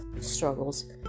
struggles